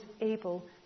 able